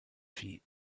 feet